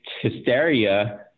hysteria